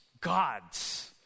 God's